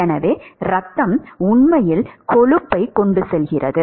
எனவே இரத்தம் உண்மையில் கொழுப்பைக் கொண்டு செல்கிறது